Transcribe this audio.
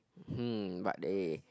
hmm but they